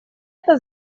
это